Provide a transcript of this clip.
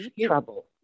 trouble